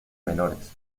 menores